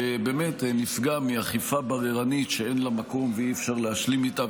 שבאמת נפגע מאכיפה בררנית שאין לה מקום ואי-אפשר להשלים איתה,